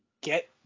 get